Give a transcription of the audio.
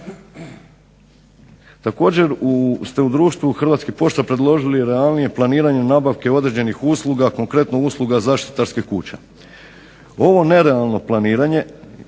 Također ste u društvu Hrvatskih pošta predložili realnije planiranje nabavke određenih usluga, konkretno usluga zaštitarskih kuća. Ovo nerealno planiranje